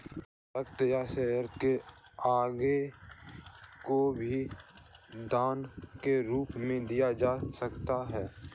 रक्त या शरीर के अंगों को भी दान के रूप में दिया जा सकता है